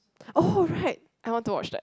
oh right I want to watch that